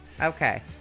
Okay